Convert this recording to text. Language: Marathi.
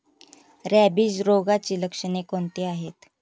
रॅबिज रोगाची लक्षणे कोणती आहेत?